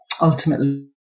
ultimately